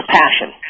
passion